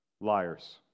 liars